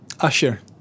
Usher